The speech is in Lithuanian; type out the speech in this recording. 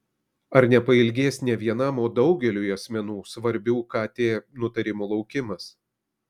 ar nepailgės ne vienam o daugeliui asmenų svarbių kt nutarimų laukimas